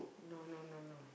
no no no no